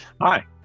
Hi